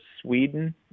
Sweden